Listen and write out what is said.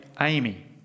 Amy